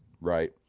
right